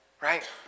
right